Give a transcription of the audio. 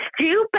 stupid